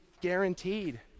guaranteed